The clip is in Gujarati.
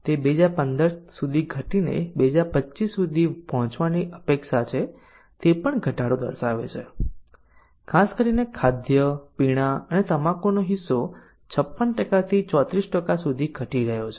તે 2015 સુધી ઘટીને 2025 સુધી પહોંચવાની અપેક્ષા છે તે પણ ઘટાડો દર્શાવે છે ખાસ કરીને ખાદ્ય પીણાં અને તમાકુનો હિસ્સો 56 થી 34 સુધી ઘટી ગયો છે